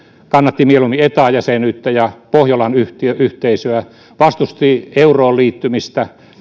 kannatti mieluummin eta jäsenyyttä ja pohjolan yhteisöä vastusti euroon liittymistä